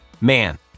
man